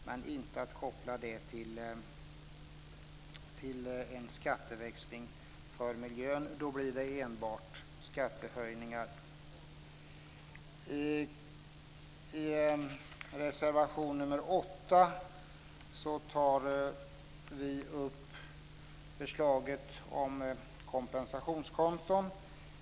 Men man ska inte koppla dem till en skatteväxling för miljön. Då blir det enbart skattehöjningar. I reservation nr 8 tar vi upp förslaget om kompensationskonton.